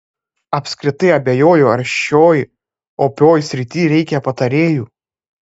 apskritai abejoju ar šioj opioj srity reikia patarėjų